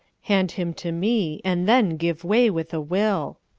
hand him to me, and then give way with a will.